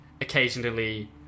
occasionally